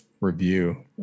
review